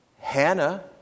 Hannah